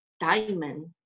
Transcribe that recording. diamond